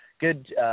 Good –